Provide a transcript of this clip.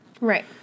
Right